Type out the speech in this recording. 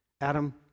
Adam